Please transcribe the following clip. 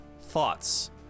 thoughts